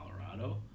Colorado